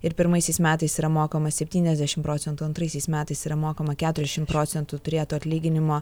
ir pirmaisiais metais yra mokama septyniasdešim procentų antraisiais metais yra mokama keturiasdešim procentų turėto atlyginimo